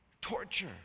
torture